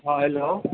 हँ हेलो